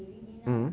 mmhmm